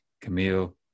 Camille